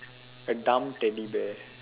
a dumb Teddy bear